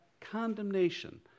condemnation